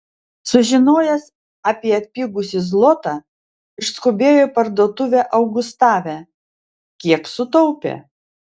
sužinojęs apie atpigusį zlotą išskubėjo į parduotuvę augustave kiek sutaupė